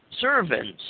servants